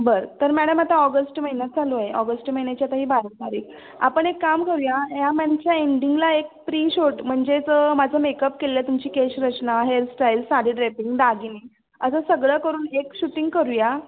बरं तर मॅडम आता ऑगस्ट महिना चालू आहे ऑगस्ट महिन्याची आता ही बारा तारीख आपण एक काम करूया या महिन्याच्या एंडिंगला एक प्रीशोट म्हणजेच माझं मेकअप केलेलं आहे तुमची केशरचना हेअरस्टाईल साडी ड्रेपिंग दागिने असं सगळं करून एक शूटिंग करूया